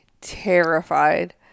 terrified